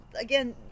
again